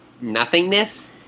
nothingness